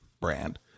brand